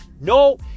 No